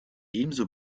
ebenso